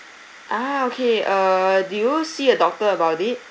ah okay uh did you see a doctor about it